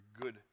good